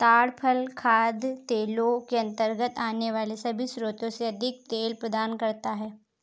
ताड़ फल खाद्य तेलों के अंतर्गत आने वाले सभी स्रोतों से अधिक तेल प्रदान करता है